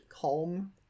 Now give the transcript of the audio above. calm